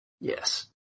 Yes